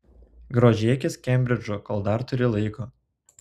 grožėkis kembridžu kol dar turi laiko